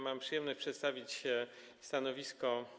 Mam przyjemność przedstawić stanowisko